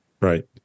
Right